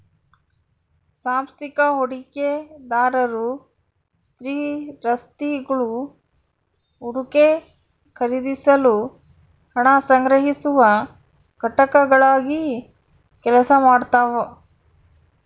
ಸಾಂಸ್ಥಿಕ ಹೂಡಿಕೆದಾರರು ಸ್ಥಿರಾಸ್ತಿಗುಳು ಹೂಡಿಕೆ ಖರೀದಿಸಲು ಹಣ ಸಂಗ್ರಹಿಸುವ ಘಟಕಗಳಾಗಿ ಕೆಲಸ ಮಾಡ್ತವ